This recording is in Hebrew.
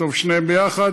טוב שתיהן ביחד,